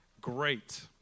great